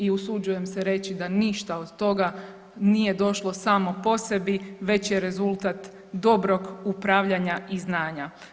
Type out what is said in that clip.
I usuđujem se reći da ništa od toga nije došlo samo po sebi već je rezultat dobrog upravljanja i znanja.